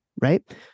right